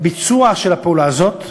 הביצוע של הפעולה הזאת,